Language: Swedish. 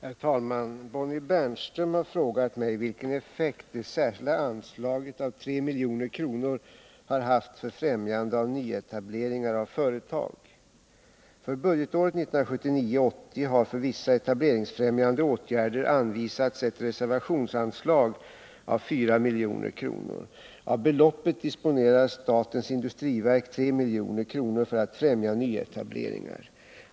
Herr talman! Bonnie Bernström har frågat mig vilken effekt det särskilda anslaget av 3 milj.kr. har haft för främjande av nyetableringar av företag. För budgetåret 1979/80 har för vissa etableringsfrämjande åtgärder anvisats ett reservationsanslag av 4 milj.kr. Av beloppet disponerar statens industriverk 3 milj.kr. för att främja nyetableringar.